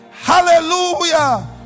Hallelujah